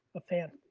a fan.